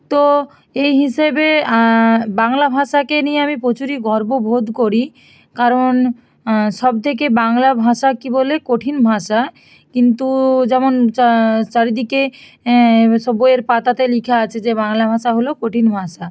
তো এই হিসেবে বাংলা ভাষাকে নিয়ে আমি প্রচুরই গর্ববোধ করি কারণ সব থেকে বাংলা ভাষা কি বলে কঠিন ভাষা কিন্তু যেমন চারিদিকে সব বইয়ের পাতাতে লেখা আছে যে বাংলা ভাষা হলো কঠিন ভাষা